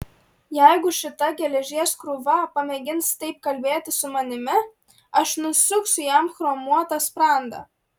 jeigu šita geležies krūva pamėgins taip kalbėti su manimi aš nusuksiu jam chromuotą sprandą